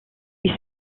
ils